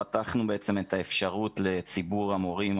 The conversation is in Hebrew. פתחנו בעצם את האפשרות לציבור המורים,